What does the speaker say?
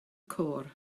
côr